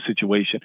situation